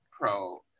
pro